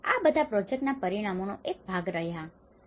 આમ આ બધા પ્રોજેક્ટના પરિણામોનો એક ભાગ રહ્યા છે